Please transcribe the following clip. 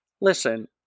Listen